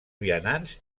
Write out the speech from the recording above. vianants